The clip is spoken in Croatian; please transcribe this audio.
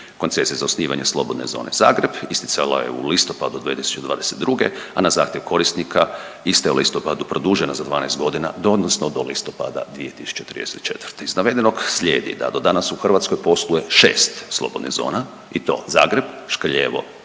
Koncesije za osnivanje Slobodne zone Zagreb isticala je u listopadu 2022., a na zahtjev korisnika ista je u listopadu produžena za 12 godina, odnosno do listopada 2034. Iz navedenog slijedi da do danas u Hrvatskoj posluje 6 slobodnih zona i to Zagreb, Škrljevo,